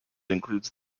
includes